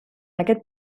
aquest